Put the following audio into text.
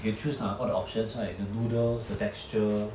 you can choose lah all the options right the noodles the texture